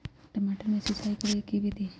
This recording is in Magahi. टमाटर में सिचाई करे के की विधि हई?